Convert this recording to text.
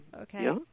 okay